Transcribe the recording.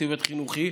צוות חינוכי,